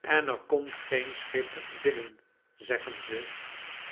en er komt geen schip binnen zeggen ze